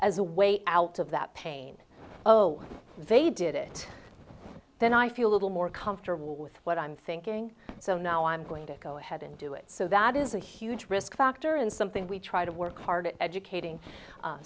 as a way out of that pain oh they did it then i feel a little more comfortable with what i'm thinking so now i'm going to go ahead and do it so that is a huge risk factor and something we try to work hard at educating